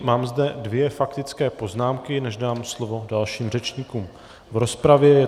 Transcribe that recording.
Mám zde dvě faktické poznámky, než dám slovo dalším řečníkům v rozpravě.